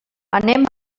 anem